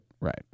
Right